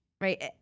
right